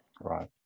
right